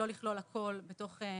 לא לכלול הכול בתוך הטבלה,